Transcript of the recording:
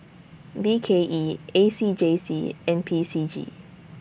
B K E A C J C and P C G